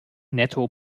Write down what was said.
netto